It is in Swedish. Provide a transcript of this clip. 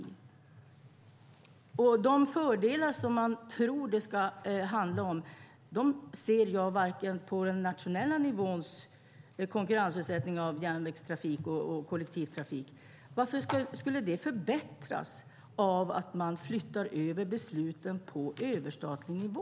Man tror att det ska innebära fördelar att konkurrensutsätta nationell järnvägstrafik och kollektivtrafik. Varför skulle det förbättras av att man flyttar över besluten till överstatlig nivå?